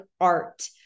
art